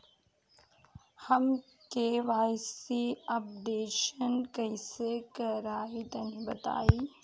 हम KYC updation कइसे करवाई तनि बताई?